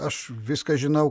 aš viską žinau